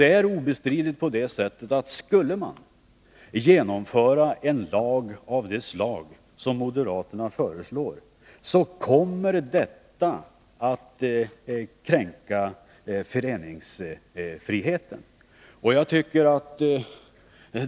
Det är obestridligen så att skulle man besluta om en lag av det slag som moderaterna föreslår kommer föreningsfriheten att kränkas.